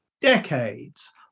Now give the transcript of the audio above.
decades